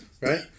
Right